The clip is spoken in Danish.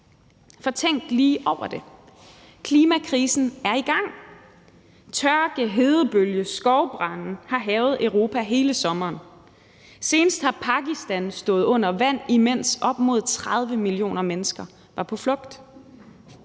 Tænk lige over det! Klimakrisen er i gang. Tørke, hedebølge og skovbrande har hærget Europa hele sommeren, og senest har Pakistan stået under vand, imens op imod 30 millioner mennesker var på flugt.